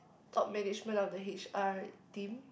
top management of the H_R team